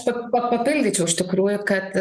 siog pa papildyčiau iš tikrųjų kad